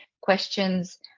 questions